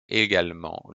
également